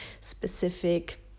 specific